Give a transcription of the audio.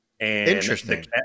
Interesting